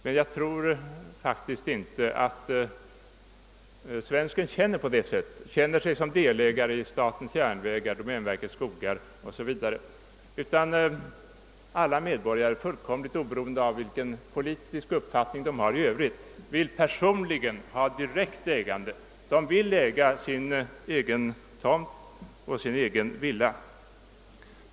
Men jag tror faktiskt inte att svensken känner sig som delägare i statens järnvägar, domänverkets skogar etc. ; alla medborgare, oberoende av vilken politisk uppfattning de har i övrigt, vill ha ett direkt ägande — de vill äga sin egen tomt och sin egen villa.